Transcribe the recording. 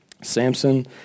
Samson